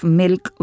milk